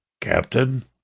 Captain